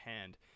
hand